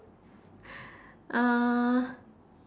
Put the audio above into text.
uh